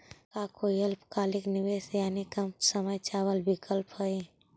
का कोई अल्पकालिक निवेश यानी कम समय चावल विकल्प हई?